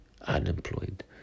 Unemployed